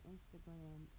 Instagram